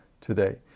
today